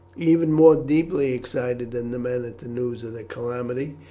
even more deeply excited than the men at the news of the calamity,